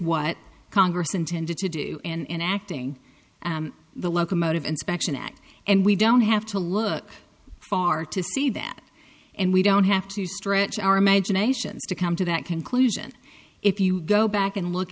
what congress intended to do in acting the locomotive inspection act and we don't have to look far to see that and we don't have to stretch our imaginations to come to that conclusion if you go back and look